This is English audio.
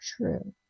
true